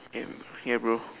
same ya bro